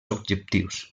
objectius